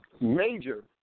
Major